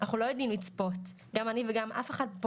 אנחנו לא יודעים לצפות, גם אני וגם אף אחד.